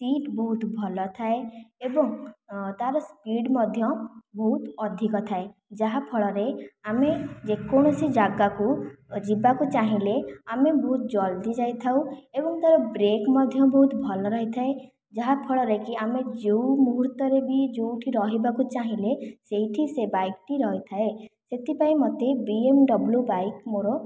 seat ବହୁତ ଭଲଥାଏ ଏବଂ ତାର ସ୍ପିଡ଼୍ ମଧ୍ୟ ବହୁତ ଅଧିକ ଥାଏ ଯାହା ଫଳରେ ଆମେ ଯେକୌଣସି ଜାଗାକୁ ଯିବାକୁ ଚାହିଁଲେ ଆମେ ବହୁତ ଜଲଦି ଯାଇଥାଉ ଏବଂ ତାର ବ୍ରେକ୍ ମଧ୍ୟ ବହୁତ ଭଲ ରହିଥାଏ ଯାହା ଫଳରେକି ଆମେ ଯେଉଁ ମୁହୂର୍ତ୍ତରେ ବି ଯେଉଁଠି ରହିବାକୁ ଚାହିଁଲେ ସେଇଠି ସେ ବାଇକ ଟି ରହିଥାଏ ସେଥିପାଇଁ ମୋତେ ବିଏମଡବ୍ଳୁ ବାଇକ୍ ମୋର